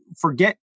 Forget